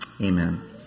Amen